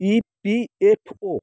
E P F O